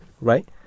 right